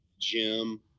Jim